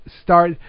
start